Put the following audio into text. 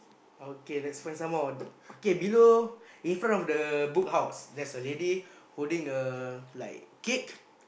okay let us find some more okay below in front of the Book House there is a lady holding a like kid